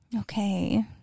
Okay